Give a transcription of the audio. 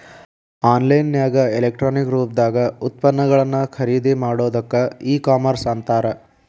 on line ನ್ಯಾಗ electronic ರೂಪ್ದಾಗ್ ಉತ್ಪನ್ನಗಳನ್ನ ಖರಿದಿಮಾಡೊದಕ್ಕ ಇ ಕಾಮರ್ಸ್ ಅಂತಾರ